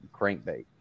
crankbait